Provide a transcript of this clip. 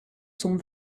sont